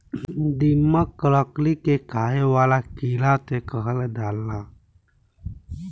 दीमक, लकड़ी के खाए वाला कीड़ा के कहल जाला